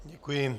Děkuji.